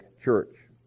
church